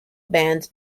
band